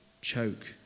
choke